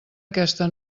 aquesta